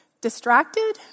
Distracted